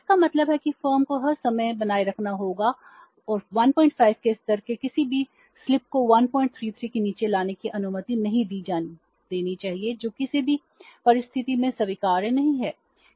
इसका मतलब है कि फर्म को हर समय बनाए रखना होगा और 15० के इस स्तर के किसी भी स्लिप को 133 के नीचे लाने की अनुमति नहीं दी जानी चाहिए जो किसी भी परिस्थिति में स्वीकार्य नहीं है